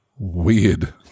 Weird